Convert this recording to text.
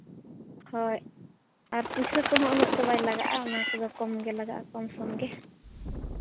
ᱦᱳᱭ ᱯᱩᱭᱥᱟᱹ ᱠᱚᱦᱚᱸ ᱩᱱᱟᱹᱜ ᱫᱚ ᱵᱟᱭ ᱞᱟᱜᱟᱜᱼᱟ ᱚᱱᱟ ᱠᱚᱫᱚ ᱠᱚᱢᱜᱮ ᱞᱟᱜᱟᱜᱼᱟ ᱠᱚᱢ ᱥᱚᱢ ᱜᱮ